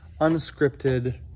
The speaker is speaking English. unscripted